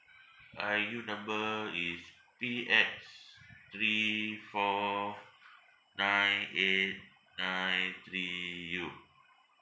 I_U number is P X three four nine eight nine three U